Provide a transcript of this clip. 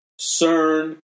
CERN